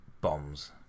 bombs